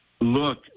look